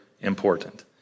Important